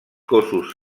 cossos